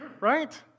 right